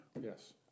Yes